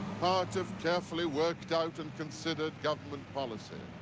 ah sort of carefully worked out and considered government policy.